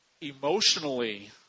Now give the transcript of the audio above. emotionally